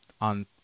on